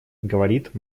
говорит